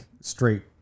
straight